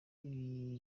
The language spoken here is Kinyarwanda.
vyari